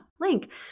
link